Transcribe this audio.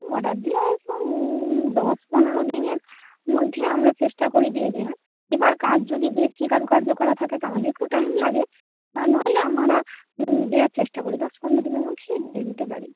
order দেওয়ার পর দশ পনেরো দিনের মধ্যে আমরা চেষ্টা করি দিয়ে দেয়ার এবার কাজ যদি বেশি কারুকার্য করা থাকে তাহলে একটু টাইম লাগে আর নইলে আমারা দেওয়ার চেষ্টা করি দশ পনেরো দিনের মধ্যেই দিয়ে দিতে পারি